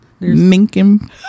Minkin